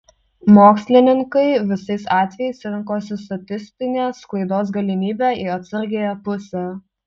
mokslininkai visais atvejais rinkosi statistinės klaidos galimybę į atsargiąją pusę